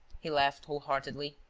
he laughed whole-heartedly.